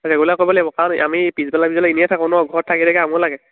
regular কৰিব লাগিব কাৰণ আমি পিছবেলা পিছবেলা এনেই থাকো নহ্ ঘৰত থাকি থাকি কামোৰ লাগে